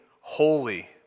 holy